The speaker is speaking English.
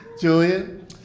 Julian